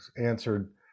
answered